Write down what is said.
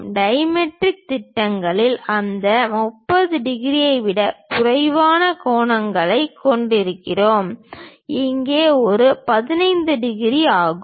dimetric திட்டங்களில் அந்த 30 டிகிரியை விடக் குறைவான கோணங்களைக் கொண்டிருக்கிறோம் இங்கே இது 15 டிகிரி ஆகும்